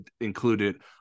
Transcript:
included